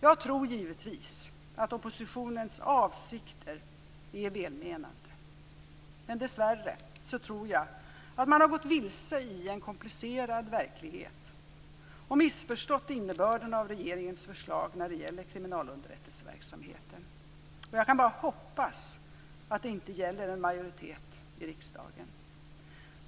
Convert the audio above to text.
Jag tror givetvis att oppositionens avsikter är välmenande, men dessvärre tror jag att man har gått vilse i en komplicerad verklighet och missförstått innebörden av regeringens förslag om kriminalunderrättelseverksamheten. Jag kan bara hoppas att det inte gäller en majoritet i riksdagen.